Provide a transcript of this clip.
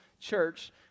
church